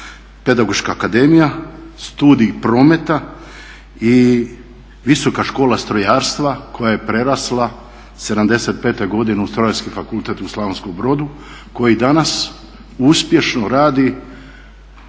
Pedagoška akademija, Studij prometa i Visoka škola strojarstva koja je prerasla '75.godine u Strojarski fakultet u Slavonskom Brodu koji danas uspješno radi